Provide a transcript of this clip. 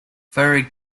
furry